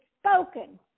spoken